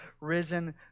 risen